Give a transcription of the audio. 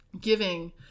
giving